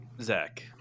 Zach